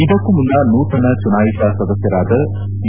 ಇದಕ್ಕೂ ಮುನ್ನ ನೂತನ ಚುನಾಯಿತ ಸದಸ್ಕರಾದ ವಿ